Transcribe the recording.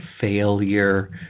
failure